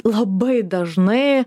labai dažnai